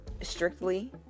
strictly